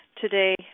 today